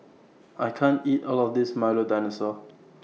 I can't eat All of This Milo Dinosaur